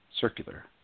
circular